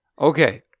Okay